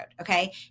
Okay